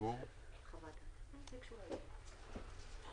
בוקר טוב,